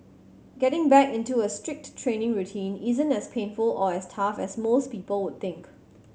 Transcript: getting back into a strict training routine isn't as painful or as tough as most people would think